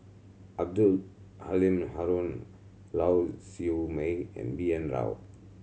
Abdul Halim Haron Lau Siew Mei and B N Rao